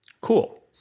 cool